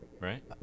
Right